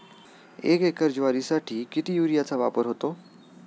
एक एकर ज्वारीसाठी किती युरियाचा वापर होतो?